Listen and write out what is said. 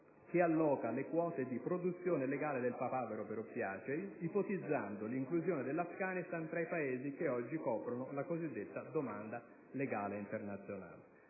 che alloca le quote di produzione legale del papavero per oppiacei ipotizzando l'inclusione dell'Afghanistan tra i paesi che oggi coprono la cosiddetta domanda legale internazionale.